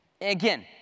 Again